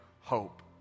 hope